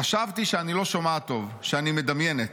"חשבתי שאני לא שומעת טוב, שאני מדמיינת: